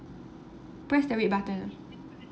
press the red button ah